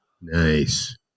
Nice